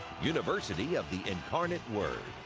university of the incarnate word.